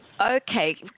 okay